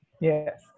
Yes